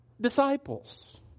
disciples